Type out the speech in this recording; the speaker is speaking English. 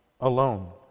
alone